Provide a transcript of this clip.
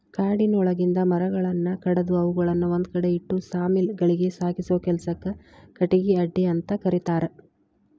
ಕಾಡಿನೊಳಗಿಂದ ಮರಗಳನ್ನ ಕಡದು ಅವುಗಳನ್ನ ಒಂದ್ಕಡೆ ಇಟ್ಟು ಸಾ ಮಿಲ್ ಗಳಿಗೆ ಸಾಗಸೋ ಕೆಲ್ಸಕ್ಕ ಕಟಗಿ ಅಡ್ಡೆಅಂತ ಕರೇತಾರ